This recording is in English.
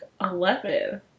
Eleven